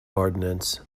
ordnance